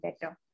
better